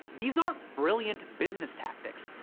these aren't brilliant business tactics.